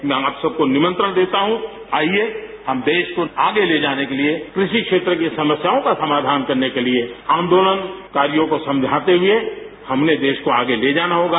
मैं आप सबकों निमंत्रण देता हूं आइए हम देश को आगे ले जाने के लिए कृषि क्षेत्र की समस्याओं का समाधान करने के लिए आंदोलनकारियों को समझाते हुए हमने देश को आगे ले जाना होगा